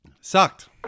Sucked